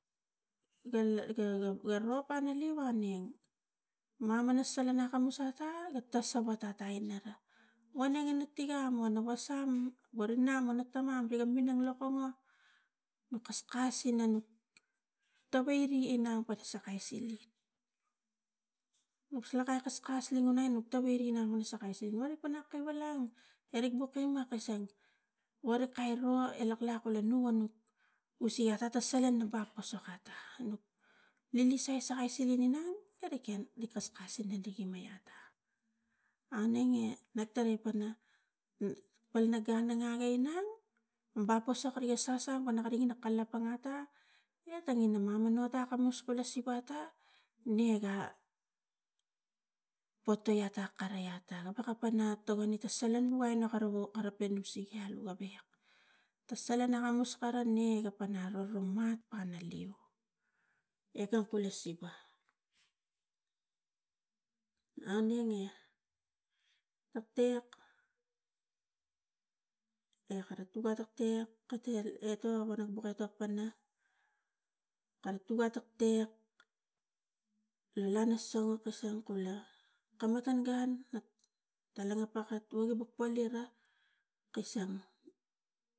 Gara ga ro panaleu ga neng mamana salan akamus ata ga ta sava ata ta salan atan ina ra, waneng ina tiga mo na wasa warik nam ina taman miga minang lo kongo no kaskas ineng tawai re inang pana sakai siling nuk salakai kaskas tingunai nuk tawai re nang mula sakai si warik pana kevu lang erik buk ima kaseng worik kairo e laklak kule nu wanik e iaka ta salan na bap posok ata na lise sakai siling inang neri ken di kaskas ina dikeme ata aunenge tangin pana palana gun naga inang bap posok riga sasa pana karik ina kalapang ata ia tangina mamonomot akamus lo siva ata ne ga potoi ata karai ata awaka pana togonita salan buai na kara wo kara pani suge ta salan a kamus kara ne ga pana roroimat na leu eka poli siva aunenge taktek ekara tuk atektek kata etok kara buka pana kara tuka tektek lo lana so kasang kula kam matan gun talinga paka tua riga porila kasang.